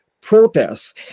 protests